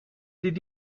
did